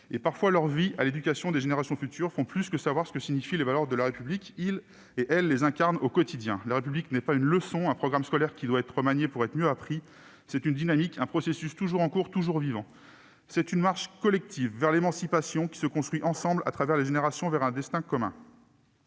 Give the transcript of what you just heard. et parfois leur vie à l'éducation des générations futures font plus que savoir ce que signifient les valeurs de la République : ils et elles les incarnent au quotidien. La République n'est pas une leçon ni un programme scolaire qui doit être remanié pour être mieux appris. C'est une dynamique, un processus toujours en cours, toujours vivant. C'est une marche collective vers l'émancipation, qui se construit ensemble à travers les générations vers un destin commun.